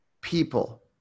people